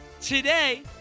today